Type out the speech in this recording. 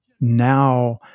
now